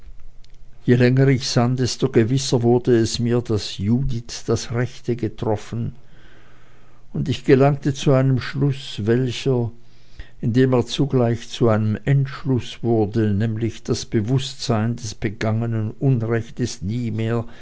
je länger ich sann desto gewisser wurde es mir daß judith das rechte getroffen und ich gelangte zu einem schluß welcher indem er zugleich zu einem entschluß wurde nämlich das bewußtsein des begangenen unrechtes nie mehr